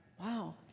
wow